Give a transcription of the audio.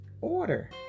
order